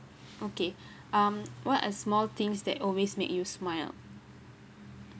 okay um what are small things that always make you smile